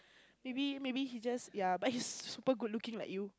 maybe maybe he just yeah but he's super good looking like you